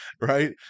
right